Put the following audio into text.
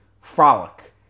frolic